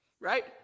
Right